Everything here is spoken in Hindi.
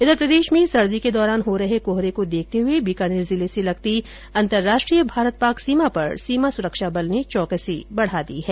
उधर प्रदेश में सर्दी के दौरान हो रहे कोहरे को देखते हुए बीकानेर जिले से लगती अंतर्राष्ट्रीय भारत पाक सीमा पर सीमा सुरक्षा बल ने चौकसी बढा दी है